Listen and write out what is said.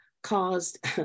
caused